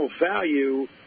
value